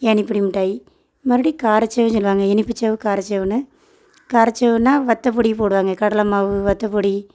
ஏணிப்பொடி மிட்டாயி மறுபடியும் கார சேவ் சொல்லுவாங்க இனிப்பு சேவ் கார சேவ்ன்னு கார சேவ்னால் வற்ற பொடி போடுவாங்க கடலை மாவு வற்ற பொடி